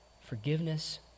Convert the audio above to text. forgiveness